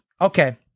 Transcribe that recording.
Okay